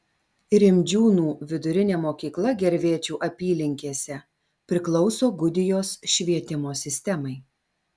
rimdžiūnų vidurinė mokykla gervėčių apylinkėse priklauso gudijos švietimo sistemai